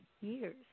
years